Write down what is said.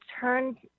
turn